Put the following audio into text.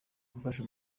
gufasha